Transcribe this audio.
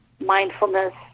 mindfulness